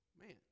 Man